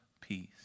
peace